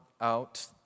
out